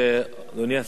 חברי חברי הכנסת,